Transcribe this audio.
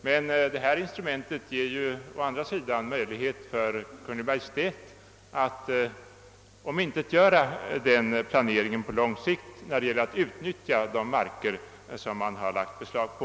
Det nu föreslagna instrumentet ger å andra sidan Kungl. Maj:t möjlighet att omintetgöra den planeringen på lång sikt när det gäller utnyttjandet av de markområden som man lagt beslag på.